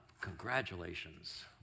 congratulations